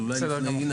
אבל אולי לפני אינה,